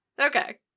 Okay